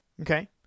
Okay